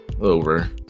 over